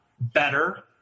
better